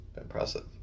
impressive